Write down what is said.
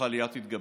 כך העלייה תתגבר.